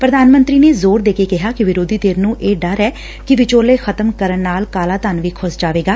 ਪ੍ਰਧਾਨ ਮੰਤਰੀ ਨੇ ਜ਼ੋਰ ਦੇ ਕੇ ਕਿਹਾ ਕਿ ਵਿਰੋਧੀ ਧਿਰ ਨੂੰ ਇਹ ਡਰ ਏ ਕਿ ਵਿਰੋਲੇ ਖ਼ਤਮ ਕਰਨ ਨਾਲ ਕਾਲਾ ਧੰਨ ਵੀ ਖੁੱਸ ਜਾਵੇਗਾ